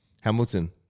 Hamilton